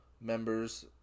members